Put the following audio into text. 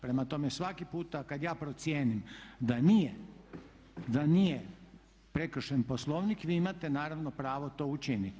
Prema tome, svaki puta kad ja procijenim da nije prekršen Poslovnik vi imate naravno pravo to učiniti.